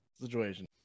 situation